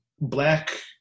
black